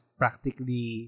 practically